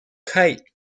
kite